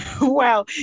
Wow